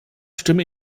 stimme